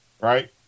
right